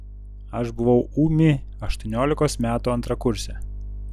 aš buvau ūmi aštuoniolikos metų antrakursė